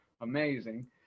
amazing